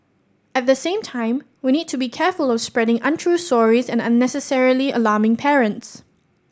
at the same time we need to be careful of spreading untrue stories and unnecessarily alarming parents